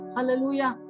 Hallelujah